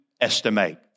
estimate